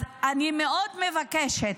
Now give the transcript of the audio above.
אז אני מאוד מבקשת,